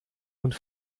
und